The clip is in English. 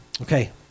Okay